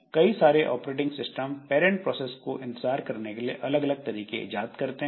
कई सारे operating system parent process को इंतजार करने के अलग अलग तरीके इजाद करते हैं